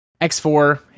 X4